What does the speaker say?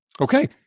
Okay